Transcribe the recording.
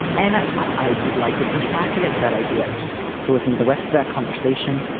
and i would like to push back against that idea to listen to the rest of that conversation.